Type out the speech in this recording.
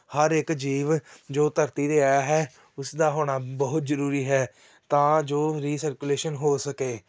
ਹਰ ਇੱਕ ਜੀਵ ਜੋ ਧਰਤੀ 'ਤੇ ਆਇਆ ਹੈ ਉਸ ਦਾ ਹੋਣਾ ਬਹੁਤ ਜ਼ਰੂਰੀ ਹੈ ਤਾਂ ਜੋ ਰੀਸਰਕੂਲੇਸ਼ਨ ਹੋ ਸਕੇ